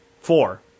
four